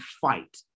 fight